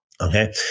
okay